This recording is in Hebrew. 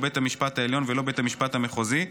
בית המשפט העליון ולא בית המשפט המחוזי,